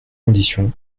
conditions